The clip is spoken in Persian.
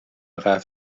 قوه